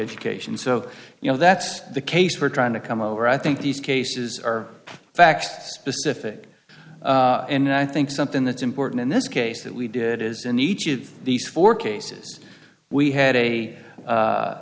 education so you know that's the case for trying to come over i think these cases are facts specific and i think something that's important in this case that we did is in each of these four cases we had a